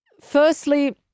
Firstly